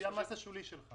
לפי המס השולי שלך.